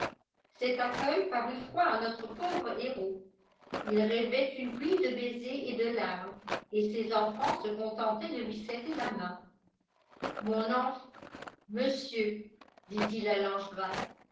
cet accueil parut froid à notre pauvre héros il rêvait une pluie de baisers et de larmes et ses enfants se contentaient de lui serrer la main mon enf monsieur dit-il à langevin